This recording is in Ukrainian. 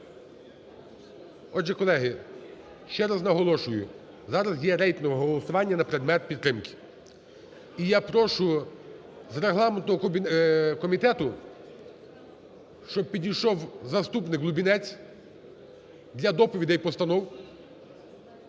Отже, колеги, ще раз наголошую, зараз є рейтингове голосування на предмет підтримки. І я прошу з регламентного комітету щоб підійшов заступник Лубінець для доповідей і постанов.